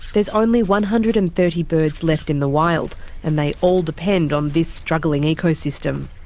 there's only one hundred and thirty birds left in the wild and they all depend on this struggling ecosystem.